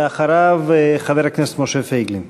ואחריו, חבר הכנסת משה פייגלין.